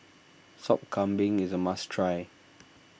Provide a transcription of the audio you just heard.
Sop Kambing is a must try